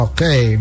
Okay